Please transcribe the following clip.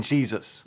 Jesus